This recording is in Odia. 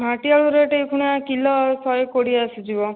ମାଟି ଆଳୁ ରେଟ୍ ଏଇକ୍ଷିଣା କିଲୋ ଶହେ କୋଡ଼ିଏ ଆସିଯିବ